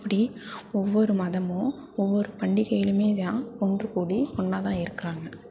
இப்படி ஒவ்வொரு மதமும் ஒவ்வொரு பண்டிகைளையுமே இதான் ஒன்று கூடி ஒன்றா தான் இருக்கிறாங்க